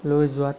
লৈ যোৱাত